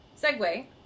Segue